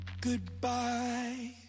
Goodbye